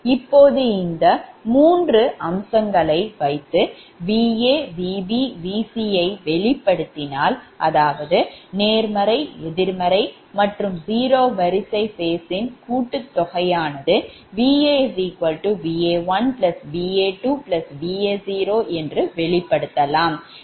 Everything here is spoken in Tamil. இப்போது இந்த மூன்று அம்சங்களை வைத்து Va Vb Vc யை வெளிப்படுத்தினால் அதாவதுநேர்மறை எதிர்மறை மற்றும் 0 வரிசை phaseன் கூட்டுத்தொகையாகVaVa1Va2Va0 வெளிப்படுத்தப்படலாம்